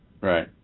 right